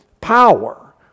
power